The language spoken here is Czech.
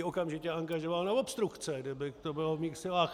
Okamžitě bych ji angažoval na obstrukce, kdyby to bylo v mých silách.